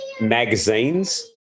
magazines